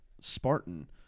Spartan